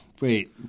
Wait